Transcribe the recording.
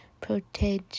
Protege